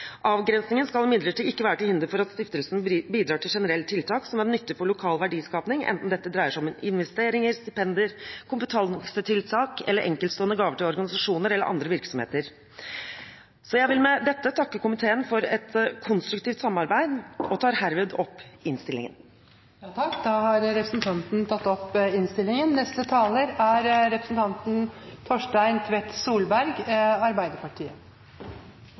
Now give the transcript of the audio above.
Avgrensningen skal imidlertid ikke være til hinder for at stiftelsene bidrar til generelle tiltak som er nyttige for lokal verdiskaping, enten dette dreier seg om investeringer, stipender, kompetansetiltak eller enkeltstående gaver til organisasjoner eller andre virksomheter. Jeg vil med dette takke komiteen for et konstruktivt samarbeid, og anbefaler herved innstillingen. Finansforetaksloven er kanskje ikke den største kioskvelteren. Et enkelt Google-søk viste to treff i nyhetene totalt – begge var fra 2014. Men det er